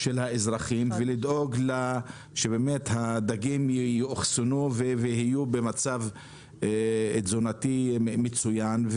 של האזרחים ולדאוג לכך שהדגים יאוחסנו ויהיו במצב תזונתי מצוין,